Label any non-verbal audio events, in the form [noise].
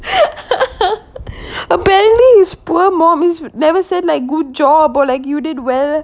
[laughs] apparently his poor mommy never said like good job or like you did well